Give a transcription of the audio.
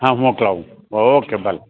હા મોકલાવું ઓકે ભલે